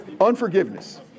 unforgiveness